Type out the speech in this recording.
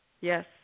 Yes